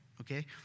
okay